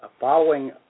following